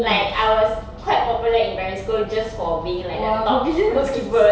like I was quite popular in primary school just for being like the top rope skipper